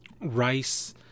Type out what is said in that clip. Rice